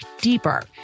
deeper